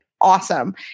awesome